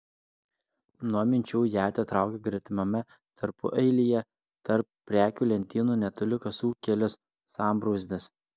nuo minčių ją atitraukė gretimame tarpueilyje tarp prekių lentynų netoli kasų kilęs sambrūzdis